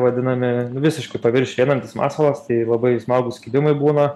vadinami visiškai paviršiuj einantis masalas tai labai smagūs kilimai būna